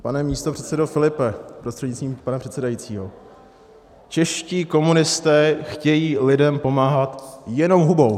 Pane místopředsedo Filipe prostřednictvím pana předsedajícího, čeští komunisté chtějí lidem pomáhat jenom hubou.